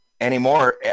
anymore